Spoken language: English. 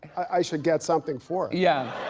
i should get something for it. yeah.